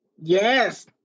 yes